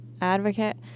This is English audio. advocate